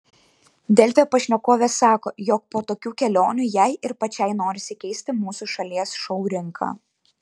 delfi pašnekovė sako jog po tokių kelionių jai ir pačiai norisi keisti mūsų šalies šou rinką